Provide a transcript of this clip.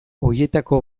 horietako